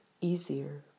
easier